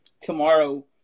tomorrow